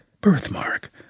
birthmark